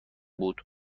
بود